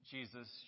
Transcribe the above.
Jesus